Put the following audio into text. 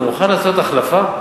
אתה מוכן לעשות החלפה,